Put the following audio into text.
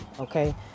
okay